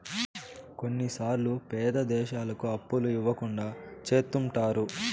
కొన్నిసార్లు పేద దేశాలకు అప్పులు ఇవ్వకుండా చెత్తుంటారు